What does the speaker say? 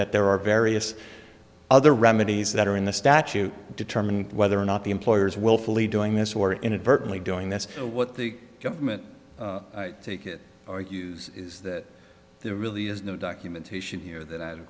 that there are various other remedies that are in the statute determine whether or not the employers willfully doing this or inadvertently doing this what the government take it or use is that there really is no documentation here that i